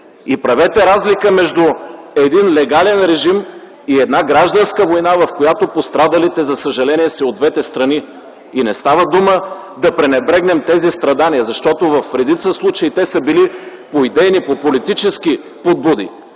Правете разлика между легален режим и гражданска война, в която, за съжаление, пострадалите са и от двете страни. Не става дума да пренебрегваме тези страдания, защото в редица случаи те са били по идейни и по политически подбуди,